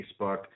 Facebook